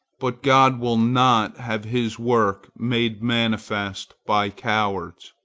but god will not have his work made manifest by cowards.